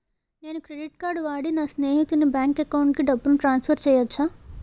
నేను credit card వాడి నా స్నేహితుని బ్యాంక్ అకౌంట్ కి డబ్బును ట్రాన్సఫర్ చేయచ్చా?